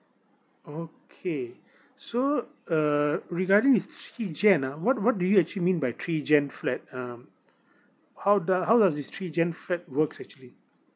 okay so err regarding this three gen ah what what do you actually mean by three gen flat um how does how does this three gen flat works actually